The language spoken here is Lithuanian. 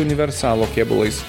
universalo kėbulais